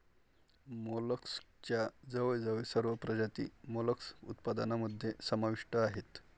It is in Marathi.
मोलस्कच्या जवळजवळ सर्व प्रजाती मोलस्क उत्पादनामध्ये समाविष्ट आहेत